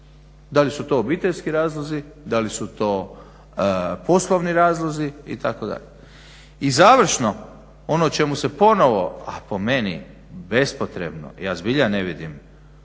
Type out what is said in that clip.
da li su to obiteljski razlozi, da li su to poslovni razlozi itd. I završno, ono o čemu se ponovno, a po meni bespotrebno, ja zbilja ne vidim,